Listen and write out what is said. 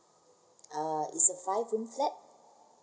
err it's a five room flat